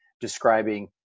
describing